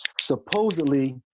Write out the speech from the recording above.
Supposedly